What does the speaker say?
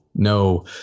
No